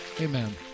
Amen